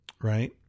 right